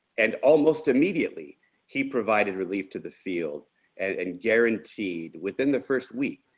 and almost immediately he provided relief to the field and and guaranteed within the first week,